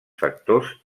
factors